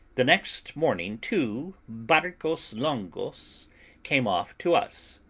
the next morning two barcos longos came off to us,